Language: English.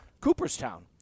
Cooperstown